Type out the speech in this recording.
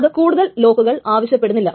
അത് കൂടുതൽ ലോക്കുകൾ ആവശ്യപ്പെടുന്നില്ല